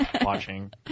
watching